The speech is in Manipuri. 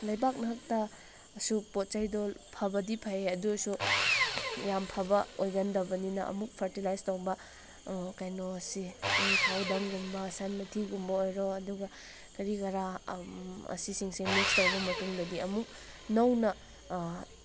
ꯂꯩꯕꯥꯛ ꯅꯍꯛꯇ ꯑꯁꯨꯛ ꯄꯣꯠ ꯆꯩꯗꯣ ꯐꯥꯕꯁ ꯐꯩ ꯑꯗꯨ ꯑꯣꯏꯔꯁꯨ ꯌꯥꯝ ꯐꯕ ꯑꯣꯏꯒꯟꯗꯕꯅꯤꯅ ꯑꯃꯨꯛ ꯐꯔꯇꯤꯂꯥꯏꯁ ꯇꯧꯕ ꯀꯩꯅꯣ ꯑꯁꯤ ꯀꯥꯎ ꯗꯪꯒꯨꯝꯕ ꯁꯟ ꯃꯊꯤꯒꯨꯝꯕ ꯑꯣꯏꯔꯣ ꯑꯗꯨꯒ ꯀꯔꯤ ꯀꯔꯥ ꯑꯁꯤꯁꯤꯡꯁꯦ ꯃꯤꯛꯁ ꯇꯧꯕ ꯃꯇꯨꯡꯗꯗꯤ ꯑꯃꯨꯛ ꯅꯧꯅ